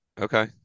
Okay